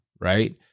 right